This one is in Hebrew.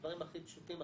הדברים הכי פשוטים,